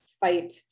fight